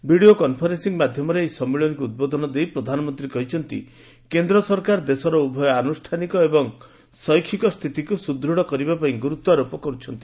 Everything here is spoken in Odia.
ଭିଡ଼ିଓ କନ୍ଫରେନ୍ନିଂ ମାଧ୍ୟମରେ ଏହି ସମ୍ମିଳନୀକୁ ଉଦ୍ବୋଧନ ଦେଇ ପ୍ରଧାନମନ୍ତ୍ରୀ କହିଛନ୍ତି କେନ୍ଦ୍ ସରକାର ଦେଶର ଉଭୟ ଆନ୍ରଷ୍ଠାନିକ ଏବଂ ଏବଂ ଶୈଖିକ ସ୍ଥିତିକୁ ସୁଦୃଢ଼ କରିବା ପାଇଁ ଗୁରୁତ୍ୱାରୋପ କରୁଛନ୍ତି